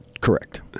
Correct